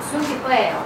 sunkiai paėjo